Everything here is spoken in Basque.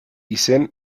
izen